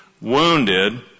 wounded